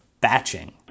batching